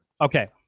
Okay